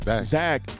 zach